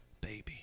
baby